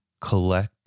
collect